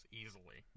easily